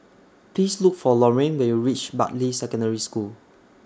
Please Look For Lorayne when YOU REACH Bartley Secondary School